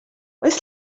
oes